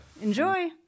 Enjoy